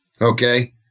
Okay